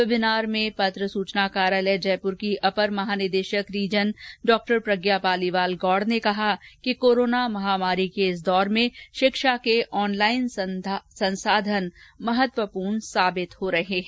webinar में पत्र सूचना कार्यालय जयपुर की अपर महानिदेशक रीजन डॉ प्रज्ञा पालीवाल गौड़ ने कहा कि कोरोना महामारी के इस दौर में शिक्षा के ऑनलाइन संसाधन काफी उपयोगी एवं महत्वपूर्ण साबित हो रहे है